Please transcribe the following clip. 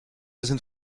sind